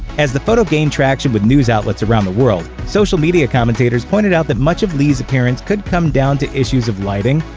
as the photo gained traction with news outlets around the world, social media commentators pointed out that much of li's appearance could come down to issues of lighting,